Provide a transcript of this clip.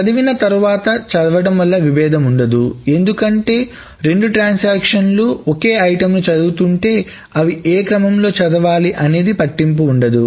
చదివిన తర్వాత చదవడం వల్ల విభేదం ఉండదు ఎందుకంటే రెండు ట్రాన్సాక్షన్లు ఒకే వస్తువును చదువుతుంటే అవి ఏ క్రమంలో చదవాలి అనేది పట్టింపు ఉండదు